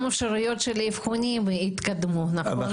גם האפשרויות של האבחונים התקדמו, נכון?